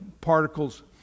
particles